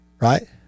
Right